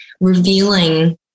revealing